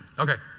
okay.